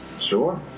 Sure